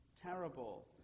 terrible